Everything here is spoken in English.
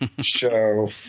show